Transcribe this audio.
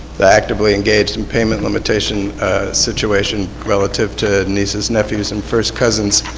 the actively engaged and payment limitation situation relative to nieces, nephews and first cousins.